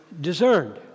discerned